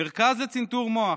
מרכז לצנתור מוח.